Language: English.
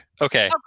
Okay